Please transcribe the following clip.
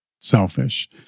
selfish